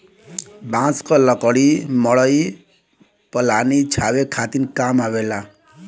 बांस क लकड़ी मड़ई पलानी छावे खातिर काम आवेला